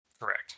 Correct